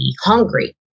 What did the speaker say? hungry